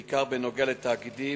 בעיקר בנוגע לתאגידים,